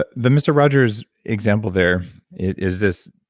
but the mr. rogers example there is this